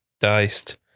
diced